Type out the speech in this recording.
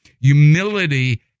humility